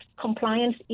compliance